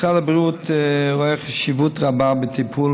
משרד הבריאות רואה חשיבות רבה בטיפול